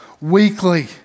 weekly